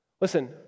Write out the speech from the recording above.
Listen